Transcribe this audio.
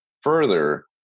further